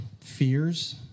fears